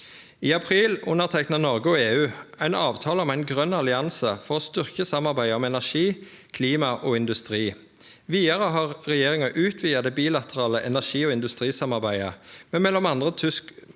I april underteikna Noreg og EU ein avtale om ein grøn allianse for å styrkje samarbeidet om energi, klima og industri. Vidare har regjeringa utvida det bilaterale energi- og industrisamarbeidet med m.a.